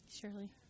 Surely